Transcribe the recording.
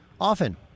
often